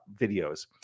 videos